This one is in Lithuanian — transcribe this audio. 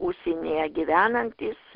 užsienyje gyvenantys